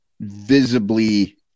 visibly